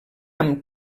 amb